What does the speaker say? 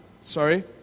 sorry